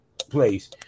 place